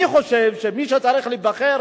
אני חושב שמי שצריך להיבחר,